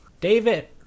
David